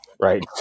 Right